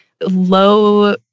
low